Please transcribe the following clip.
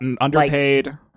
underpaid